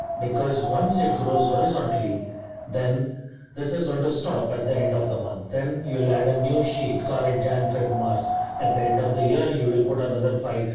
because once it grows horizontally then this is going to stop at the end of the month. then you will add a new sheet. college jan, feb, march at the end of the year you will put another file.